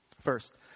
first